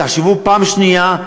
תחשבו פעם שנייה,